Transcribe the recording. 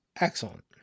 Excellent